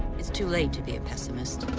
it's too late to be a pessimist.